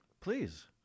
please